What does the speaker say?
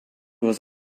was